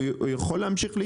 הוא יכול להמשיך לפעול?